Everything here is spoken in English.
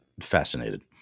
fascinated